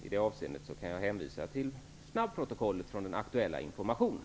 I det avseendet kan jag hänvisa till snabbprotokollet från den aktuella regeringsinformationen.